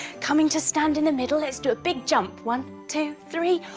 coming to stand in the middle let's do a big jump. one two three